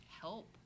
help